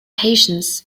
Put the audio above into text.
patience